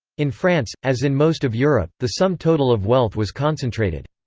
in france, as in most of europe, the sum total of wealth was concentrated.